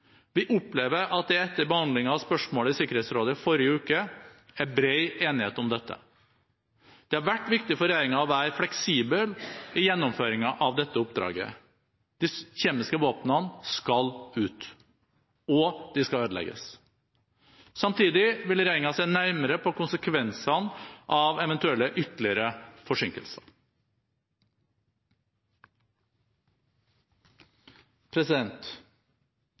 Vi opplever at det, etter behandlingen av spørsmålet i Sikkerhetsrådet forrige uke, er bred enighet om dette. Det har vært viktig for regjeringen å være fleksibel i gjennomføringen av dette oppdraget. De kjemiske våpnene skal ut, og de skal ødelegges. Samtidig vil regjeringen se nærmere på konsekvensene av eventuelle ytterligere